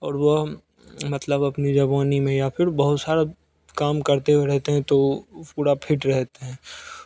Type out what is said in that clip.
और वह मतलब अपनी जवानी में या फिर बहुत सारा काम करते रहते हैं तो उ पूरा फिट रहते हैं